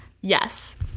yes